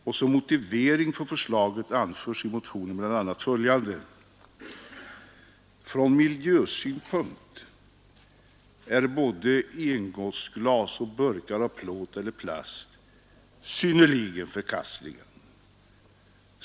I motiveringen för förslaget anförs i motionen bl.a. följande: ”Från miljösynpunkt är både engångsglas och burkar av plåt eller plast synnerligen förkastliga.